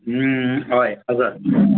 हय हजार